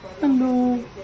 Hello